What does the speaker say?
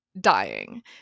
dying